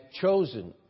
chosen